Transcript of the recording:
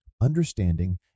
understanding